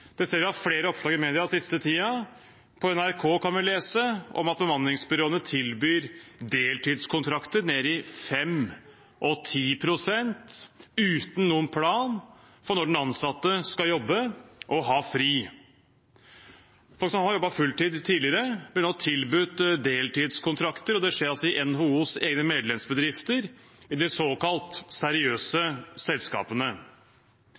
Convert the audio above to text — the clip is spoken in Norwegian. det ser vi av flere oppslag i media den siste tiden. På NRK kan vi lese om at bemanningsbyråene tilbyr deltidskontrakter ned i 5 og 10 pst., uten noen plan for når den ansatte skal jobbe og ha fri. Folk som har jobbet fulltid tidligere, blir nå tilbudt deltidskontrakter, og det skjer altså i NHOs egne medlemsbedrifter, i de såkalt seriøse selskapene.